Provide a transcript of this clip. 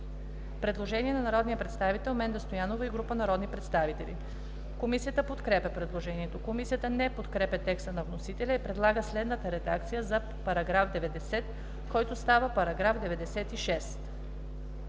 предложение от народния представител Менда Стоянова и група народни представители, което е подкрепено от Комисията. Комисията не подкрепя текста на вносителя и предлага следната редакция за § 90, който става § 96: „§ 96.